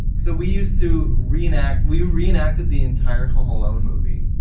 so we used to reenact, we reenacted the entire home alone movie.